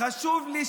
אני בעצמי,